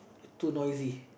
too noisy